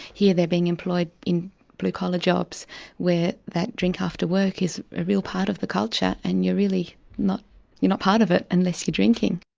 here they are being employed in blue-collar jobs where that drink after work is a real part of the culture, and you're really not you know part of it unless you're drinking.